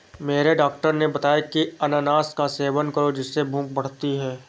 मेरे डॉक्टर ने बताया की अनानास का सेवन करो जिससे भूख बढ़ती है